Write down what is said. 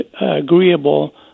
agreeable